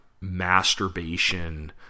masturbation